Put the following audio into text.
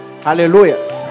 Hallelujah